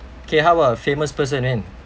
okay how about a famous person min